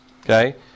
Okay